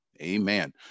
amen